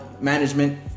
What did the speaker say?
Management